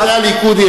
יוצאי הליכוד,